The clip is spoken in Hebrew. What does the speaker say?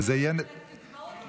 אבל מדברת על קצבאות לבן אדם.